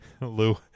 Lou